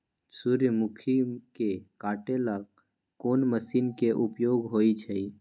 सूर्यमुखी के काटे ला कोंन मशीन के उपयोग होई छइ?